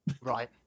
Right